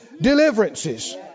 deliverances